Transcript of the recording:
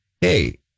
Hey